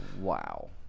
Wow